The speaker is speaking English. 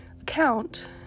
account